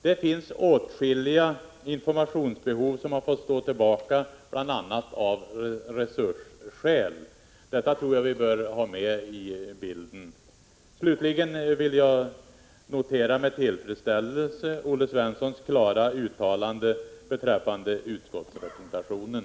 Det finns åtskilliga informationsbehov som har fått stå tillbaka av bl.a. resursskäl. Detta bör vi ha med i bilden då vi diskuterar denna fråga. Slutligen noterar jag med tillfredsställelse Olle Svenssons klara uttalande beträffande utskottsrepresentationen.